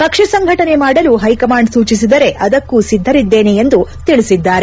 ಪಕ್ಷ ಸಂಘಟನೆ ಮಾಡಲು ಹೈಕಮಾಂಡ್ ಸೂಚಿಸಿದರೆ ಅದಕ್ಕೂ ಸಿದ್ದನಿದ್ದೇನೆ ಎಂದು ಅವರು ತಿಳಿಸಿದ್ದಾರೆ